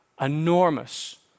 enormous